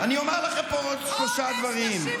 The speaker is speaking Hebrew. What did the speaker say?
המחבלים הטרוריסטים גזענים.